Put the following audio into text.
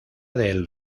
del